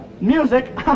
music